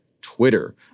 Twitter